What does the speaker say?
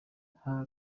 nta